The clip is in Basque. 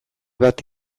bat